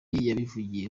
yabivugiye